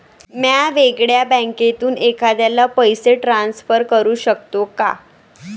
म्या वेगळ्या बँकेतून एखाद्याला पैसे ट्रान्सफर करू शकतो का?